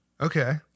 Okay